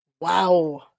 Wow